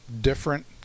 different